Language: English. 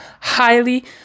Highly